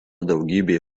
daugybė